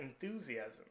enthusiasm